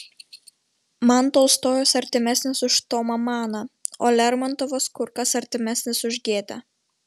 man tolstojus artimesnis už tomą maną o lermontovas kur kas artimesnis už gėtę